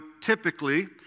typically